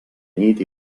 nit